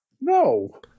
No